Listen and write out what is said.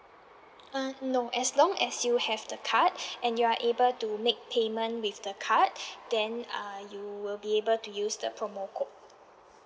uh no as long as you have the card and you are able to make payment with the card then uh you will be able to use the promo code